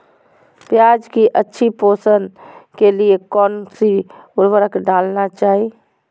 प्याज की अच्छी पोषण के लिए कौन सी उर्वरक डालना चाइए?